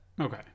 Okay